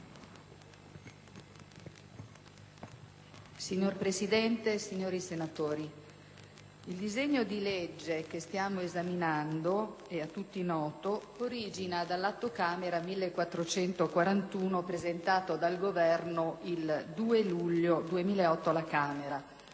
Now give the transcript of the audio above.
Signor Presidente, signori senatori, il disegno di legge che stiamo esaminando - è a tutti noto - origina dall'Atto Camera n. 1441, presentato dal Governo il 2 luglio 2008 alla Camera.